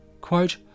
Quote